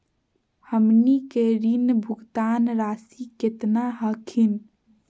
हमनी के ऋण भुगतान रासी केतना हखिन?